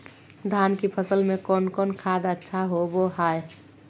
धान की फ़सल में कौन कौन खाद अच्छा होबो हाय?